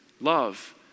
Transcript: love